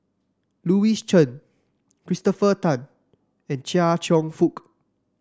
Louis Chen Christopher Tan and Chia Cheong Fook